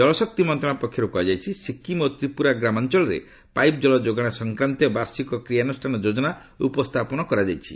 ଜଳଶକ୍ତି ମନ୍ତ୍ରଣାଳୟ ପକ୍ଷରୁ କୁହାଯାଇଛି ସିକ୍କିମ୍ ଓ ତ୍ରିପୁରା ଗ୍ରାମାଞ୍ଚଳରେ ପାଇପ୍ ଜଳ ଯୋଗାଣ ସଂକ୍ରାନ୍ତୀୟ ବାର୍ଷିକ କ୍ରିୟାନୃଷ୍ଣାନ ଯୋଜନା ଉପସ୍ଥାପନ କରାଯାଇଛି